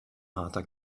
harter